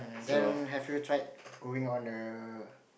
then have you tried going on a